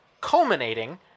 Culminating